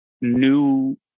new